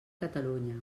catalunya